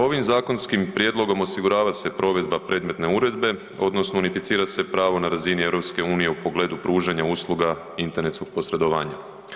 Ovim zakonskim prijedlogom osigurava se provedba predmetne uredbe odnosno unificira se pravo na razini EU-a u pogledu pružanja usluga internetskog posredovanja.